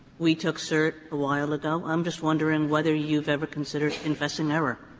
we took cert a while ago. i'm just wondering whether you've ever considered confessing error.